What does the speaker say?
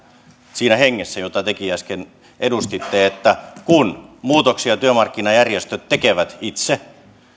siinä hengessä jota tekin äsken edustitte että kun muutoksia työmarkkinajärjestöt tekevät itse